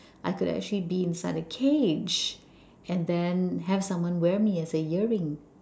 I could actually be inside a cage and then have someone wear me as a earring